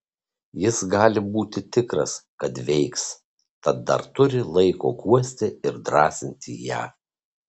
jis gali būti tikras kad veiks tad dar turi laiko guosti ir drąsinti ją